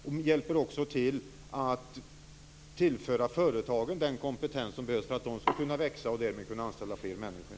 Det hjälper också till att tillföra företagen den kompetens som behövs för att de skall kunna växa och därmed kunna anställa fler människor.